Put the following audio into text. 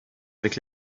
avec